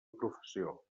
professió